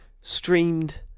streamed